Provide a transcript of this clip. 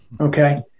Okay